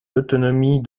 d’autonomie